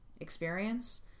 experience